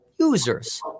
users